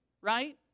right